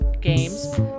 games